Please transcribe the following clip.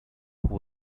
who